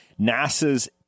NASA's